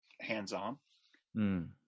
hands-on